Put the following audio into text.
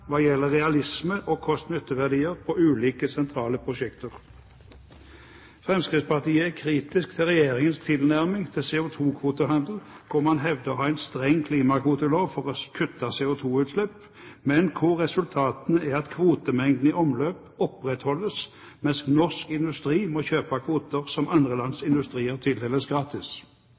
hva gjelder realisme og kost–nytte-verdier for ulike sentrale prosjekter. Fremskrittspartiet er kritisk til regjeringens tilnærming til CO2-kvotehandel, hvor man hevder å ha en streng klimakvotelov for å kutte CO2-utslipp, men hvor resultatene er at kvotemengden i omløp opprettholdes, mens norsk industri må kjøpe kvoter som andre lands industrier tildeles gratis.